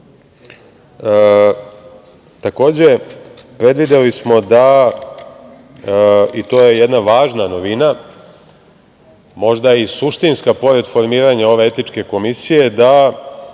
pitanja. Takođe, predvideli smo da, i to je jedna važna novina, možda i suštinska, pored formiranja ove etičke komisije, Odbor